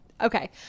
Okay